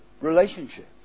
relationship